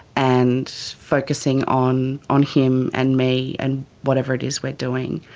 and focusing on on him and me and whatever it is we're doing.